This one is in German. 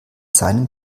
seinen